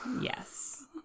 Yes